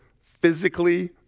physically